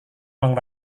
ruang